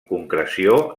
concreció